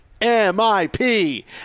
M-I-P